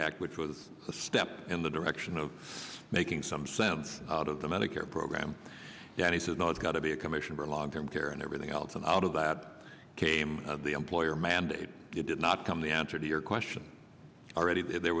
act which was a step in the direction of making some sense out of the medicare program and he says now it's got to be a commission for long term care and everything else and out of that came the employer mandate it did not come the answer to your question already there